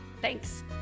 thanks